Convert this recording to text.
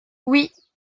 oui